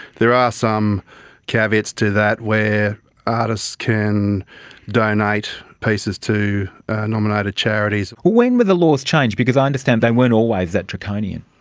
there are some caveats to that where artists can donate pieces to nominated charities. when were the laws changed? because i understand they weren't always that draconian.